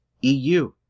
eu